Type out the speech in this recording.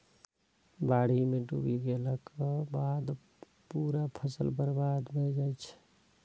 बाढ़ि मे डूबि गेलाक बाद पूरा फसल बर्बाद भए जाइ छै